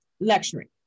Lecturing